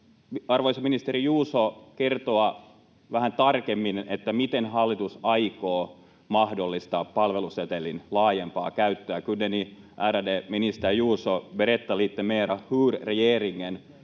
Arvoisa ministeri Juuso, voisitteko kertoa vähän tarkemmin, miten hallitus aikoo mahdollistaa palvelusetelin laajempaa käyttöä? Kunde ni, ärade minister Juuso, berätta lite mer om hur regeringen